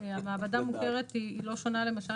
שהמעבדה המוכרת היא לא שונה למשל